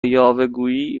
یاوهگویی